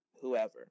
whoever